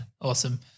Awesome